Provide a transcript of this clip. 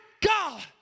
God